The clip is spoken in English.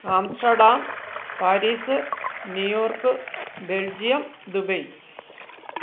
Amsterdam Paris New York Belgium Dubai